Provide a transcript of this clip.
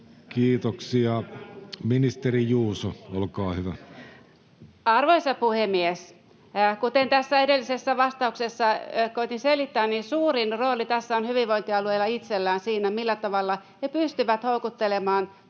liik) Time: 16:21 Content: Arvoisa puhemies! Kuten tässä edellisessä vastauksessa koetin selittää, suurin rooli tässä on hyvinvointialueilla itsellään siinä, millä tavalla he pystyvät houkuttelemaan